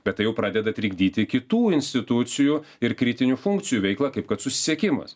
bet tai jau pradeda trikdyti kitų institucijų ir kritinių funkcijų veiklą kaip kad susisiekimas